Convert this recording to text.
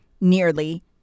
nearly